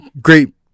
Great